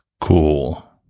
Cool